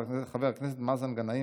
חבר הכנסת אופיר סופר,